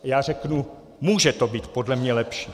A já řeknu může to být podle mě lepší.